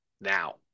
Now